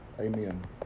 Amen